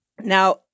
Now